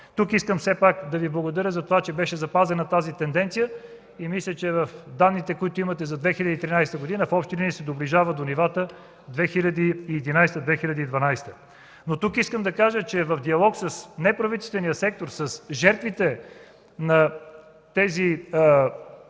Тук искам все пак да Ви благодаря за това, че беше запазена тази тенденция. Мисля, че данните, които имате за 2013 г., в общи линии се доближават до нивата за 2011-2012 г. В диалог с неправителствения сектор с жертвите на тези